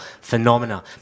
phenomena